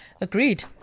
agreed